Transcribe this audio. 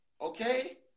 Okay